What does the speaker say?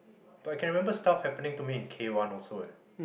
but I can remember stuff happening to me at K one also ah